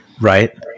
Right